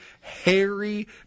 hairy